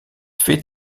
fait